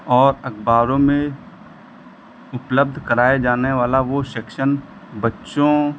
और अखबारों में उपलब्ध कराया जाने वाला वह सेक्शन बच्चों